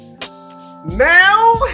now